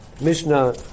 Mishnah